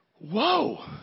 Whoa